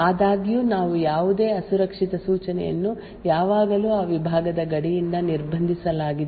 ಆದಾಗ್ಯೂ ನಾವು ಯಾವುದೇ ಅಸುರಕ್ಷಿತ ಸೂಚನೆಯನ್ನು ಯಾವಾಗಲೂ ಆ ವಿಭಾಗದ ಗಡಿಯಿಂದ ನಿರ್ಬಂಧಿಸಲಾಗಿದೆ ಎಂದು ಸಾಧಿಸಲು ಸಾಧ್ಯವಾಗುತ್ತದೆ